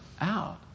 out